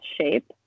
shape